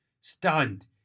Stunned